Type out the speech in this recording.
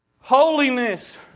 Holiness